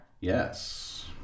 Yes